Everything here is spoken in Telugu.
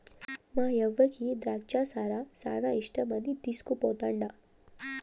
మాయవ్వకి ద్రాచ్చ సారా శానా ఇష్టమని తీస్కుపోతండా